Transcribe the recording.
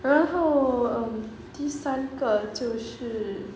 然后 um 第三个就是